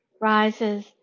rises